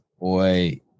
boy